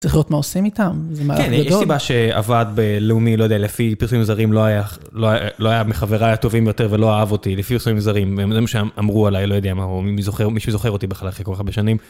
צריך לראות מה עושים איתם, זה מערך גדול. -כן, יש סיבה שהוועד בלאומי, לא יודע, לפי פרסומים זרים, לא היה, לא היה מחבריי הטובים יותר ולא אהב אותי, לפי פרסומים זרים. זה מה שאמרו עליי, לא יודע מה אמרו, מי זוכר, מישהו זוכר אותי בכלל אחרי כל כך הרבה שנים?